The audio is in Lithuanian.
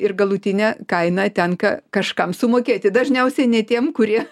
ir galutinę kainą tenka kažkam sumokėti dažniausiai ne tiem kurie